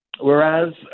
whereas